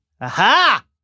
Aha